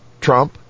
Trump